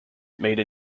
made